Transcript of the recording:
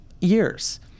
years